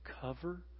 cover